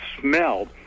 smell